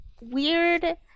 weird